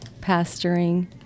pastoring